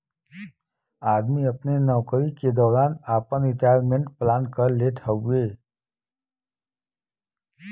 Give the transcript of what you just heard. आदमी अपने नउकरी के दौरान आपन रिटायरमेंट प्लान कर लेत हउवे